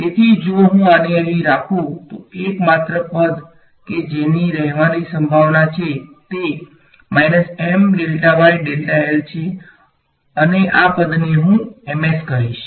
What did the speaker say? તેથી જો હું આને અહીં રાખું તો એકમાત્ર પદ કે જેની રહેવાની સંભાવના છે તે છે અને આ પદને હું કહીશ